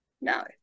no